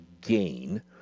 gain